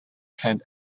had